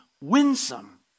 winsome